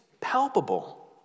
palpable